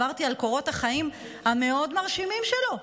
עברתי על קורות החיים המאוד-מרשימים שלו,